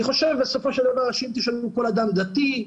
אני חושב בסופו של דבר שאם תשאלו כל אדם דתי,